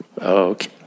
Okay